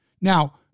Now